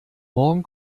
morgen